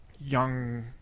young